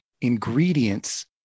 ingredients